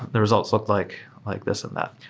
the results look like like this and that.